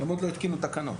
עוד לא התקינו תקנות.